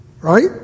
right